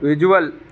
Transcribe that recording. visual